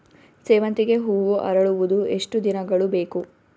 ಸೇವಂತಿಗೆ ಹೂವು ಅರಳುವುದು ಎಷ್ಟು ದಿನಗಳು ಬೇಕು?